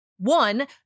One